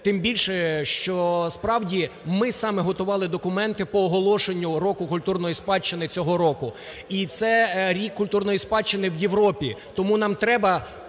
Тим більше, що справді ми саме готували документи по оголошенню року культурної спадщини цього року, і це рік культурної спадщини в Європі. Тому нам треба